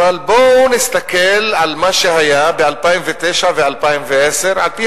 אבל בואו נסתכל על מה שהיה ב-2009 וב-2010 על-פי